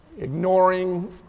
ignoring